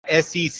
SEC